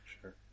Sure